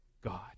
God